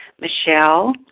Michelle